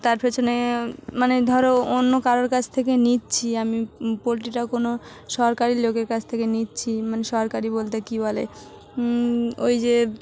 তার পেছনে মানে ধরো অন্য কারোর কাছ থেকে নিচ্ছি আমি পোলট্রিটা কোনো সরকারি লোকের কাছ থেকে নিচ্ছি মানে সরকারি বলতে কী বলে ওই যে